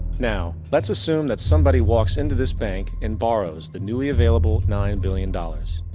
now let's assume that somebody walks into this bank and borrows the newly available nine billion dollars.